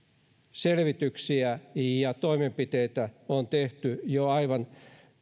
selvityksiä ja toimenpiteitä on tehty jo aivan